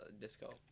disco